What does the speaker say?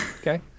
okay